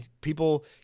people